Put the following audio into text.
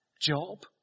job